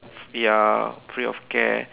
ya free of care